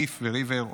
ריף וריבר,